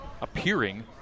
appearing